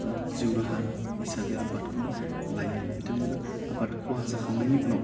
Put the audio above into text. एबा जिउ राहा हिसाबै आबादखौनो लायो बिथांमोनहा आबाद खहा जाखांनायनि उनाव